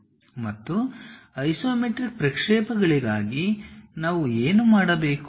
ಮತ್ತು ಐಸೊಮೆಟ್ರಿಕ್ ಪ್ರಕ್ಷೇಪಗಳಿಗಾಗಿ ನಾವು ಏನು ಮಾಡಬೇಕು